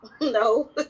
no